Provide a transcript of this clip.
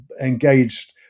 engaged